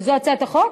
וזו הצעת החוק?